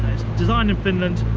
designed in finland,